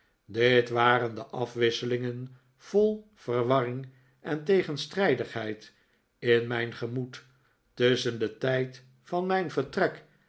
dit waren de afwisselingen vol verwarring en tegenstrijdigheid in mijn gemoed tusschen den tijd van mijn vertrek